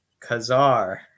Kazar